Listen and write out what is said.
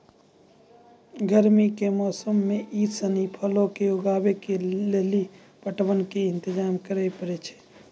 गरमी के मौसमो मे इ सिनी फलो के उगाबै के लेली पटवन के इंतजाम करै पड़ै छै